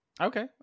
Okay